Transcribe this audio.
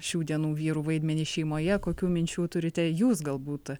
šių dienų vyrų vaidmenį šeimoje kokių minčių turite jūs galbūt